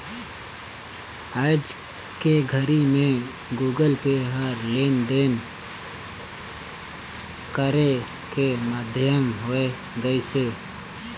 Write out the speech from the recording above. आयज के घरी मे गुगल पे ह लेन देन करे के माधियम होय गइसे